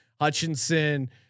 Hutchinson